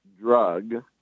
drug